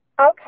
okay